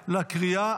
נתקבלה.